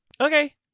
okay